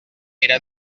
era